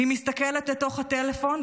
היא מסתכלת לתוך הטלפון,